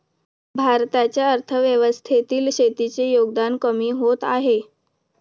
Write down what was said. भारताच्या अर्थव्यवस्थेतील शेतीचे योगदान कमी होत आहे